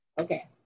Okay